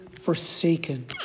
forsaken